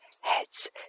Heads